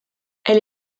elle